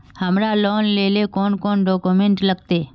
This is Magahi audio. हमरा लोन लेले कौन कौन डॉक्यूमेंट लगते?